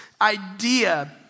idea